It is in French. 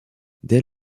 dès